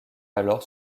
alors